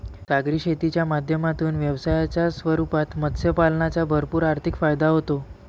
सागरी शेतीच्या माध्यमातून व्यवसायाच्या रूपात मत्स्य पालनाचा भरपूर आर्थिक फायदा होतो